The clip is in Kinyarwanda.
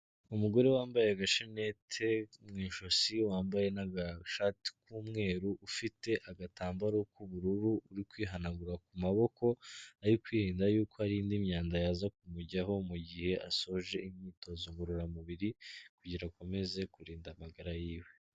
Umugore wambaye agashenete mu ijosi wambaye n'agashati k'umweru, ufite agatambaro k'ubururu uri kwihanagura ku maboko, ari kwirinda yuko hari indi myanda yaza kumujyaho mu gihe asoje imyitozo ngororamubiri kugira akomeze kurinda amagara yiwe.